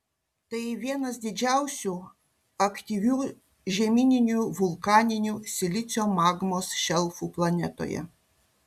tai vienas didžiausių aktyvių žemyninių vulkaninių silicio magmos šelfų planetoje